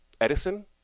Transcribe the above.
Edison